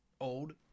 old